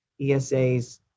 ESAs